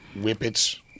whippets